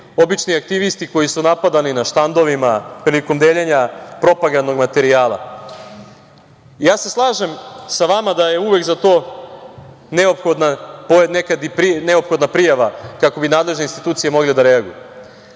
obični aktivisti koji su napadani na štandovima prilikom deljenja propagandnog materijala. Ja se slažem sa vama da je uvek za to nekad i neophodna prijava kako bi nadležne institucije mogle da reaguju,